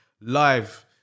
live